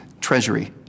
treasury